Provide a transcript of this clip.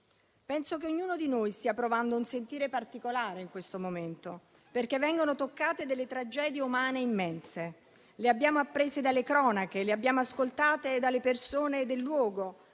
Penso che ognuno di noi stia provando un sentire particolare in questo momento, perché vengono toccate delle tragedie umane immense. Le abbiamo apprese dalle cronache, le abbiamo ascoltate dalle persone del luogo